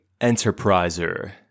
enterpriser